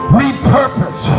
repurpose